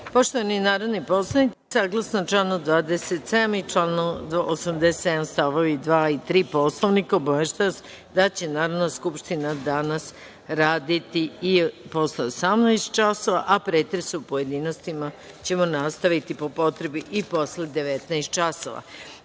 narodni poslanici, saglasno članu 27. i članu 87. stavovi 2. i3. Poslovnika, obaveštavam vas da će Narodna skupština danas raditi i posle 18.00 časova, a pretres u pojedinostima ćemo nastaviti po potrebi i posle 19.00